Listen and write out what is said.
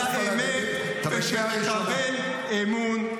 חבר הכנסת ולדימיר,